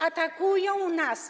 atakują nas.